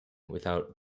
without